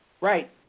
Right